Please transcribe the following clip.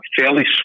fairly